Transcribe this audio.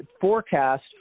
forecast